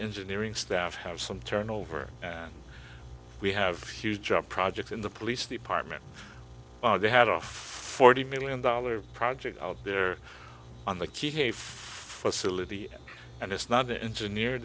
engineering staff have some turnover and we have future projects in the police department they had off forty million dollar project out there on the key hafe facility and it's not the engineer